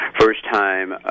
first-time